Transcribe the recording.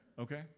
Okay